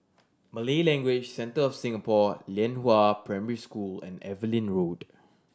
Malay Language Centre of Singapore Lianhua Primary School and Evelyn Road